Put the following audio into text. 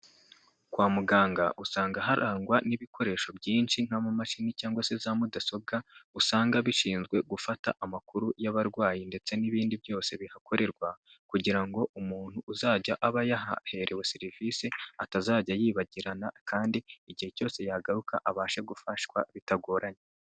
Kwa muganga usanga harangwa n'ibikoresho byinshi, nk'amamashini cyangwa se za mudasobwa, usanga bishinzwe gufata amakuru y'abarwayi ndetse n'ibindi byose bihakorerwa, kugira ngo umuntu uzajya aba yahaherewe serivisi atazajya yibagirana, kandi igihe cyose yagaruka abashe gufashwa bitagoranye.